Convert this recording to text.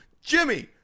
Jimmy